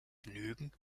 genügen